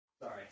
Sorry